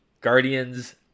Guardians